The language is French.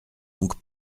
donc